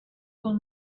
will